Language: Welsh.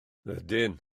ydyn